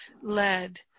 led